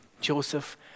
Joseph